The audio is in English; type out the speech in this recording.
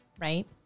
Right